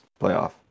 playoff